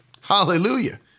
Hallelujah